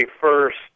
first